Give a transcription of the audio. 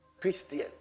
Christian